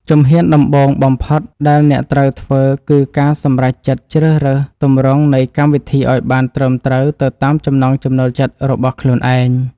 ជំហានដំបូងបំផុតដែលអ្នកត្រូវធ្វើគឺការសម្រេចចិត្តជ្រើសរើសទម្រង់នៃកម្មវិធីឱ្យបានត្រឹមត្រូវទៅតាមចំណង់ចំណូលចិត្តរបស់ខ្លួនឯង។